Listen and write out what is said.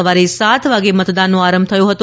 સવારે સાત વાગ્યે મતદાનનો આરંભ થયો હતો